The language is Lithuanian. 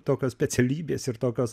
tokios specialybės ir tokios